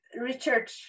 Richard